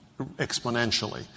exponentially